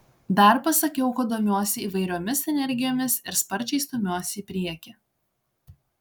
dar pasakiau kad domiuosi įvairiomis energijomis ir sparčiai stumiuosi į priekį